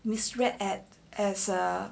misread as as a